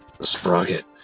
Sprocket